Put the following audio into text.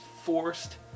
forced